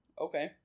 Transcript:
Okay